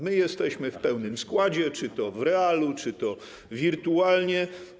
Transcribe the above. My jesteśmy w pełnym składzie - czy to w realu, czy to wirtualnie.